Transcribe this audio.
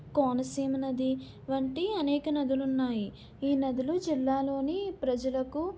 కోనసీమ నది వంటి అనేక నదులు ఉన్నాయి ఈ నదులు జిల్లాలోని ప్రజలకు